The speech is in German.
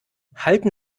halten